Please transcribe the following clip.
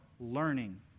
learning